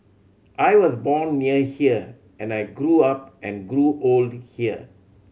I was born near here and I grew up and grew old here